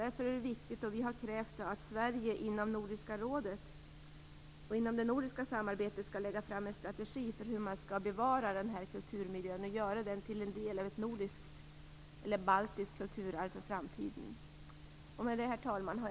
Detta är viktigt, och vi har krävt att Sverige inom Nordiska rådet och inom det nordiska samarbetet skall lägga fram en strategi för hur man skall bevara den här kulturmiljön och göra den till en del av ett baltiskt kulturarv för framtiden. Fru talman!